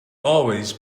always